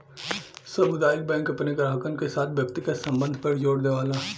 सामुदायिक बैंक अपने ग्राहकन के साथ व्यक्तिगत संबध पर जोर देवला